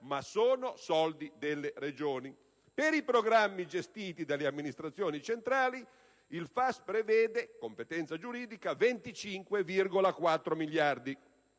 Ma sono soldi delle Regioni. Per i programmi gestiti dalle amministrazioni centrali il FAS prevede (competenza giuridica) 25,4 miliardi